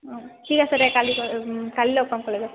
অঁ ঠিক আছে দে কালি কালি লগ পাম কলেজত